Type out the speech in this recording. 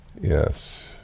Yes